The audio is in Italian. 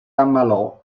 ammalò